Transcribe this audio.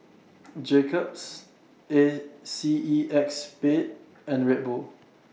Jacob's A C E X Spade and Red Bull